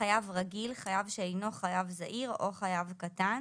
"חייב רגיל" חייב שאינו חייב זעיר או חייב קטן,